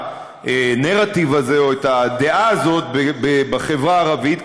הנרטיב הזה או את הדעה הזאת בחברה הערבית.